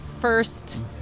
first